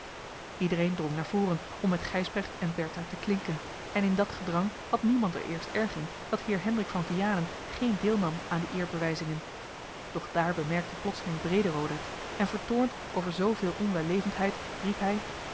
iedereen drong naar voren om met gijsbrecht en bertha te klinken en in dat gedrang had niemand er eerst erg in dat heer hendrik van vianen geen deel nam aan die eerbewijzingen doch daar bemerkte plotseling brederode het en vertoornd over zooveel onwellevendheid riep hij